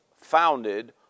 founded